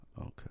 Okay